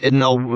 no